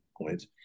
points